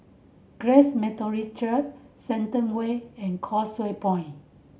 Grace Methodist Church Shenton Way and Causeway Point